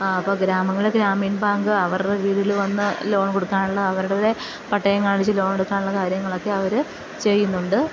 അപ്പം ഗ്രാമങ്ങൾ ഗ്രാമീൺ ബാങ്ക് അവരുടെ കീഴിൽ വന്നു ലോൺ കൊടുക്കാനുള്ള അവരുടെ പട്ടയം കാണിച്ച് ലോൺ എടുക്കാനുള്ള കാര്യങ്ങളൊക്കെ അവർ ചെയ്യുന്നുണ്ട്